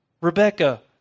Rebecca